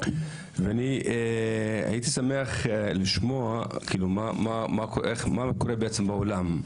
הייתי שמח לשמוע מה קורה בעולם.